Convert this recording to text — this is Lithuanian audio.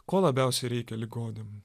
ko labiausiai reikia ligoniam